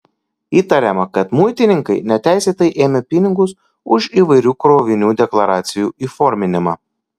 įtariama kad muitininkai neteisėtai ėmė pinigus už įvairių krovinių deklaracijų įforminimą